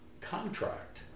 contract